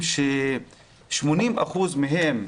ש-80% מהם,